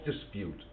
dispute